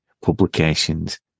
Publications